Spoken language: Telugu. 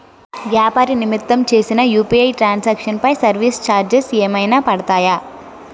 వ్యాపార నిమిత్తం చేసిన యు.పి.ఐ ట్రాన్ సాంక్షన్ పై సర్వీస్ చార్జెస్ ఏమైనా పడతాయా?